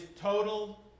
total